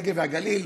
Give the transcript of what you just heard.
הנגב והגליל,